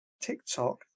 TikTok